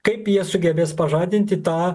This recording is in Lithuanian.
kaip jie sugebės pažadinti tą